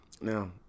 Now